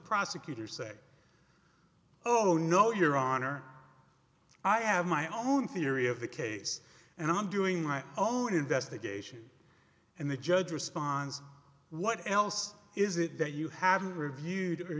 prosecutor say oh no your honor i have my own theory of the case and i'm doing my own investigation and the judge responds what else is it that you haven't reviewed or